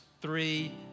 three